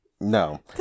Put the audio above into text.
No